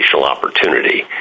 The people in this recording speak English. opportunity